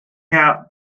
herr